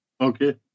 okay